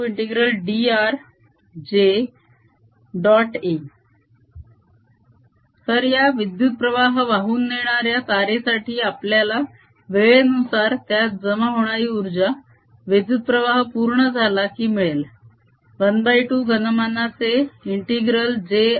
A तर या विद्युत प्रवाह वाहून नेणाऱ्या तारेसाठी आपल्याला वेळेनुसार त्यात जमा होणारी उर्जा विद्युत प्रवाह पूर्ण झाला की मिळेल ½ घनमानाचे ∫j r